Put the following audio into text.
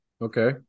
Okay